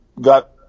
got